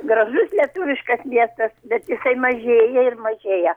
gražus lietuviškas miestas bet jisai mažėja ir mažėja